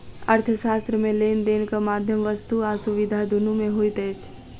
अर्थशास्त्र मे लेन देनक माध्यम वस्तु आ सुविधा दुनू मे होइत अछि